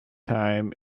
time